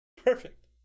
Perfect